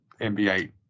NBA